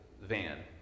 van